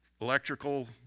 electrical